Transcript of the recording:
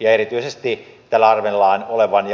ja erityisesti tämän